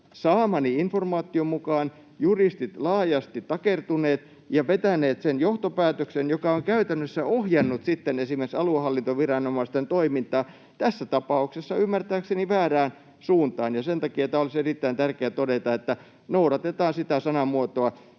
saamani informaation mukaan juristit laajasti takertuneet ja vetäneet sen johtopäätöksen, joka on käytännössä ohjannut sitten esimerkiksi aluehallintoviranomaisten toimintaa tässä tapauksessa ymmärtääkseni väärään suuntaan, ja sen takia olisi erittäin tärkeää todeta, että noudatetaan sitä sanamuotoa.